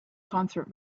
concert